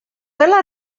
dela